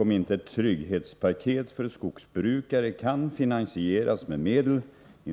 om det trygghetspaket för skogsbrukare som riksdagen beställt.